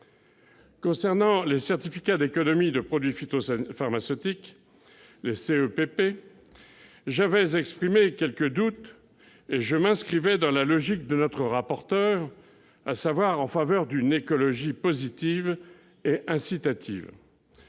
Concernant les certificats d'économie de produits phytopharmaceutiques, j'avais exprimé quelques doutes et je m'inscrivais dans la logique de notre rapporteur, en faveur d'une écologie positive et incitative.